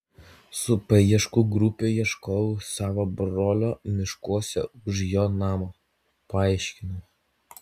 su paieškų grupe ieškojau savo brolio miškuose už jo namo paaiškinau